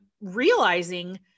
realizing